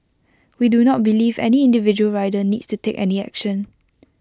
we do not believe any individual rider needs to take any action